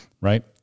right